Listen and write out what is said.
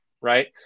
right